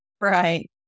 Right